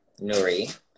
Nuri